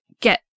get